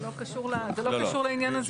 זה לא קשור לעניין הזה.